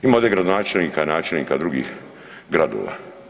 Ima ovdje gradonačelnika, načelnika drugih gradova.